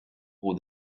for